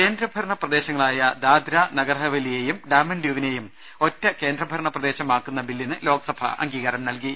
കേന്ദ്രഭരണ പ്രദേശങ്ങളായ ദാദ്ര നാഗർഹവേലിയേയും ഡാമൻഡ്യുവിനേയും ഒറ്റ കേന്ദ്ര ഭരണ പ്രദേശമാക്കുന്ന ബില്ലിനും ലോക്സഭ അംഗീകാരം നൽകി